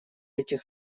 этих